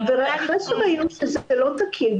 ואחרי שראינו שזה לא תקין,